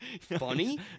Funny